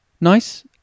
Nice